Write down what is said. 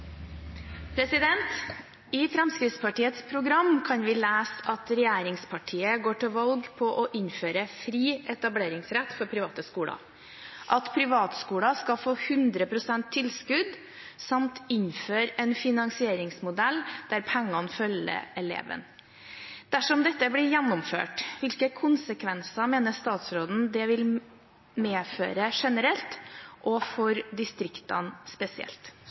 valg på å innføre 'fri etableringsrett for private skoler', at privatskoler skal få «100 pst. tilskudd», samt 'innføre en finansieringsmodell der pengene følger eleven'. Dersom dette blir gjennomført, hvilke konsekvenser mener statsråden dette vil medføre generelt og for distriktene spesielt?»